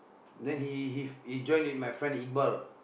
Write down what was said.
then he he he join with my friend Iqbal